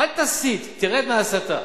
אל תסית, תרד מהסתה.